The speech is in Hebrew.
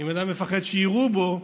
אם בן אדם מפחד שיירו בו,